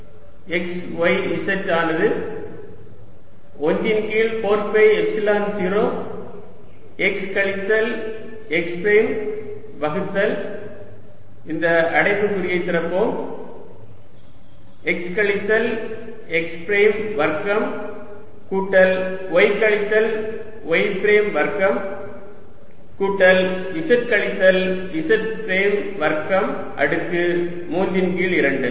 Ex x y z ஆனது 1 ன் கீழ் 4 பை எப்சிலான் 0 x கழித்தல் x பிரைம் வகுத்தல் இந்த அடைப்புக்குறியை திறப்போம் x கழித்தல் x பிரைம் வர்க்கம் கூட்டல் y கழித்தல் y பிரைம் வர்க்கம் கூட்டல் z கழித்தல் z பிரைம் வர்க்கம் அடுக்கு 3 ன் கீழ் 2